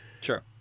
Sure